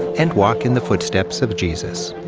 and walk in the footsteps of jesus.